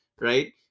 right